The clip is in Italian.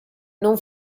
non